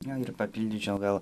na ir papildyčiau gal